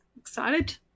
Excited